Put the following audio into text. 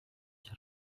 sur